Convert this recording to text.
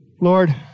Lord